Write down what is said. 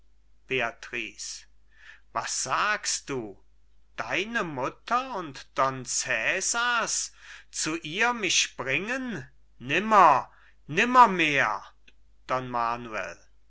was sagst du deine mutter und don cesars zu ihr mich bringen nimmer nimmermehr